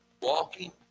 walking